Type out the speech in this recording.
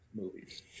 movies